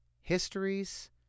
histories